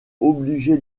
obligé